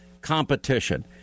competition